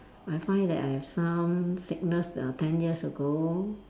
I find that I have some sickness uh ten years ago